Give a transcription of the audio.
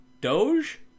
Doge